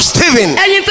Stephen